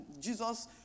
Jesus